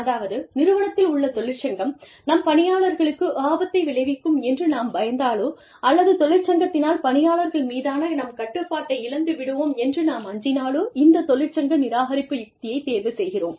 அதாவது நிறுவனத்தில் உள்ள தொழிற்சங்கம் நம் பணியாளர்களுக்கு ஆபத்தை விளைவிக்கும் என்று நாம் பயந்தாலோ அல்லது தொழிற்சங்கத்தினால் பணியாளர்கள் மீதான நம் கட்டுப்பாட்டை இழந்து விடுவோம் என்று நாம் அஞ்சினாலோ இந்த தொழிற்சங்க நிராகரிப்பு யுக்தியைத் தேர்வு செய்கிறோம்